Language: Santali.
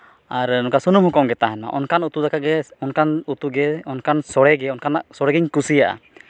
ᱟᱨ ᱱᱚᱝᱠᱟ ᱥᱩᱱᱩᱢ ᱦᱚᱸ ᱠᱚᱢ ᱜᱮ ᱛᱟᱦᱮᱱᱢᱟ ᱚᱱᱠᱟᱱ ᱩᱛᱩ ᱫᱟᱠᱟ ᱜᱮ ᱚᱱᱠᱟᱱ ᱩᱛᱩ ᱜᱮ ᱚᱱᱠᱟᱱ ᱥᱚᱲᱮ ᱜᱮ ᱚᱱᱠᱟᱱᱟᱜ ᱥᱚᱲᱮᱜᱮᱧ ᱠᱩᱥᱤᱭᱟᱜᱼᱟ